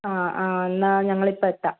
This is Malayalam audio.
ആ ആ എന്നാൽ ഞങ്ങൾ ഇപ്പം എത്താം